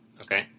Okay